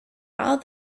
are